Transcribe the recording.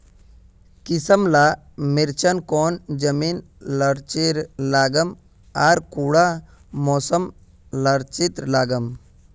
किसम ला मिर्चन कौन जमीन लात्तिर लगाम आर कुंटा मौसम लात्तिर लगाम?